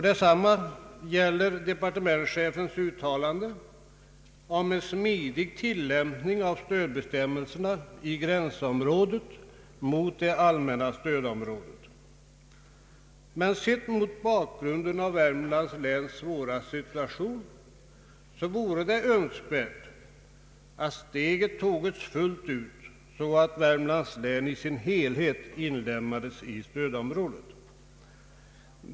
Detsamma gäller departementschefens uttalande om en smidig tillämpning av stödbestämmelserna i gränsområdet mot det allmänna stödområdet. Sett mot bakgrunden av Värmlands läns svåra situation vore det emellertid önskvärt att steget togs fullt ut så att Värmlands län i sin helhet inlemmades i stödområdet.